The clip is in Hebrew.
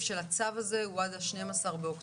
של הצו הזה הוא עד ה-12 באוקטובר,